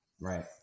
right